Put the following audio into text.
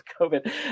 Covid